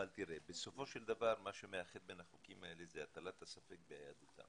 אבל בסופו של דבר מה שמאחד בין החוקים האלה זה הטלת הספק ביהדותם.